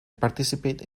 participate